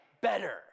better